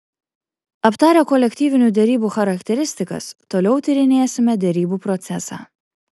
aptarę kolektyvinių derybų charakteristikas toliau tyrinėsime derybų procesą